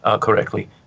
correctly